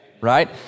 Right